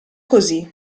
così